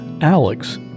Alex